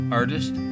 artist